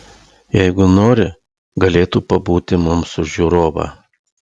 jeigu nori galėtų pabūti mums už žiūrovą